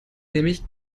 nämlich